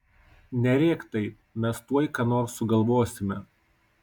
nerėk taip mes tuoj ką nors sugalvosime